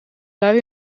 lui